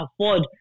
afford